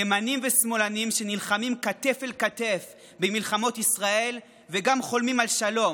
ימנים ושמאלנים שנלחמים כתף אל כתף במלחמות ישראל וגם חולמים על שלום,